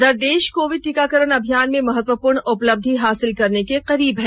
इधर देश कोविड टीकाकरण अभियान में महत्व्यूर्ण उपलब्धि हासिल करने के करीब है